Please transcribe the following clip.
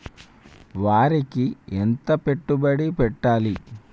వరికి ఎంత పెట్టుబడి పెట్టాలి?